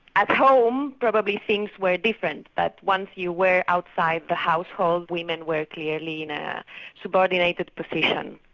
at home, probably things were different, but once you were outside the household, women were clearly in a subordinated position.